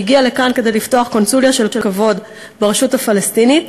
שהגיעה לכאן כדי לפתוח קונסוליה של כבוד ברשות הפלסטינית,